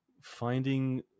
finding